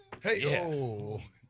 Hey